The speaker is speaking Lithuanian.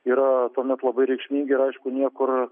yra tuomet labai reikšmingi ir aišku niekur